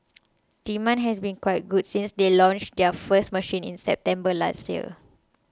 demand has been quite good since they launched their first machine in September last year